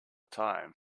time